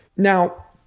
now,